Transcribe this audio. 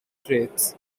traits